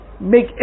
Make